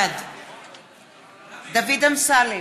בעד דוד אמסלם,